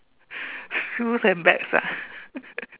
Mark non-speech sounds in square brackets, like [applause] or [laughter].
shoes and bags ah [laughs]